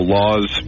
laws